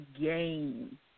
game